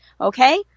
Okay